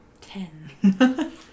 Ten